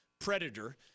predator